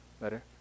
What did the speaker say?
Better